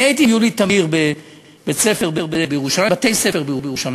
אני הייתי עם יולי תמיר בבתי-ספר בירושלים.